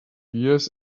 years